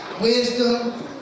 wisdom